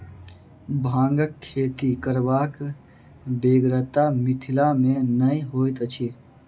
भांगक खेती करबाक बेगरता मिथिला मे नै होइत अछि